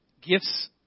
gifts